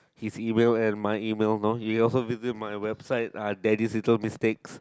his email and my email know he also visit my website ah daddy little mistakes